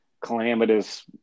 calamitous